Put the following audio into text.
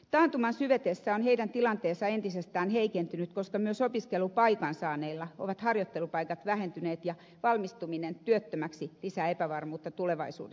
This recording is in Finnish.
taantuman syvetessä on heidän tilanteensa entisestään heikentynyt koska myös opiskelupaikan saaneilla ovat harjoittelupaikat vähentyneet ja valmistuminen työttömäksi lisää epävarmuutta tulevaisuudesta